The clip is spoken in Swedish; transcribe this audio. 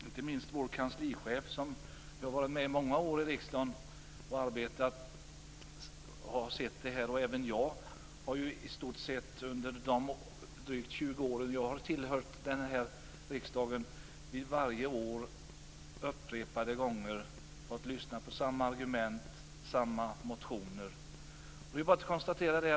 Inte minst vår kanslichef, som har varit med i många år i riksdagen, men också jag själv under drygt 20 års tid har upprepade gånger fått ta ställning till samma motioner och lyssna på samma argument.